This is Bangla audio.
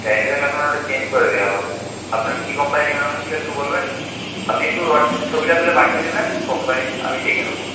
গ্যারেন্টি থাকলে আপনার ওইটা চেঞ্জ করে দেওয়া হবে আপনার কি কোম্পানির নাওয়া ছিলো একটু বলবেন আপনি একটু হোয়াটসঅ্যাপে ছবিটা তুলে পাঠিয়ে দেবেন কোম্পানি আমি দেখে নেবো